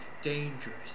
dangerous